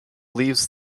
leaves